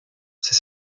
ces